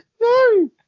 No